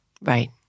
Right